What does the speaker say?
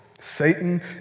Satan